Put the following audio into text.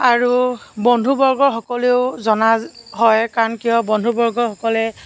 আৰু বন্ধুবৰ্গসকলেও জনা হয় কাৰণ কিয় বন্ধুবৰ্গসকলে